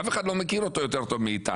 אף אחד לא מכיר אותו יותר טוב מאיתנו,